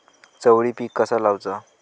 चवळी पीक कसा लावचा?